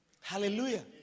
Hallelujah